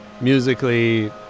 Musically